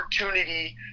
opportunity